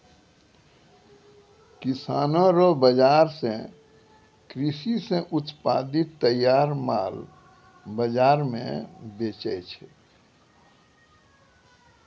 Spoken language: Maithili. किसानो रो बाजार से कृषि से उत्पादित तैयार माल बाजार मे बेचै छै